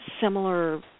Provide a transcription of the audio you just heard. similar